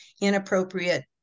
inappropriate